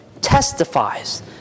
testifies